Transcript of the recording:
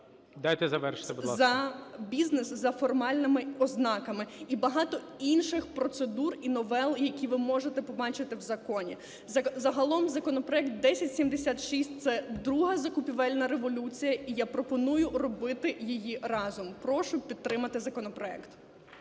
Дайте завершити, будь ласка.